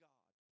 God